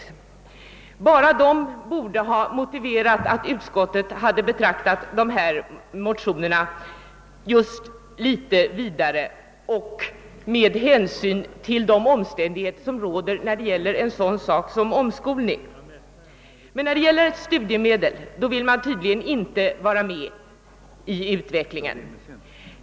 Enbart dessa borde ha motiverat att utskottet hade betraktat motionerna ur ett vidare perspektiv och tagit hänsyn till de omständigheter som råder beträffande en sådan sak som omskolningen. Men när det gäller studiemedel vill man tydligen inte vara med i utvecklingen.